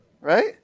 Right